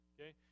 Okay